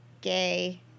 gay